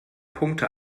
punkte